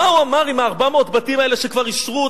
מה הוא אמר עם 400 הבתים האלה שכבר אישרו